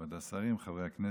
כבוד השרים, חברי הכנסת,